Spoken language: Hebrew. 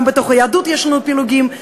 גם בתוך היהדות יש לנו פילוגים,